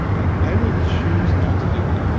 i i would choose not to do it,